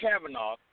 Kavanaugh